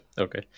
Okay